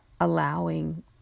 allowing